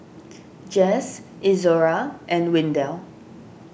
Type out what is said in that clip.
Jess Izora and Windell